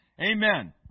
Amen